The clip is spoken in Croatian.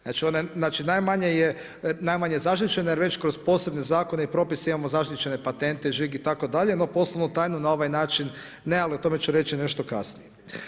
Znači, najmanje je zaštićena jer već kroz posebne zakone i propise imamo zaštićene patente, žig itd. no poslovnu tajnu na ovaj način ne ali o tome ću reći nešto kasnije.